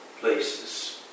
places